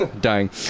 Dying